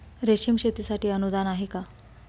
रेशीम शेतीसाठी अनुदान आहे का?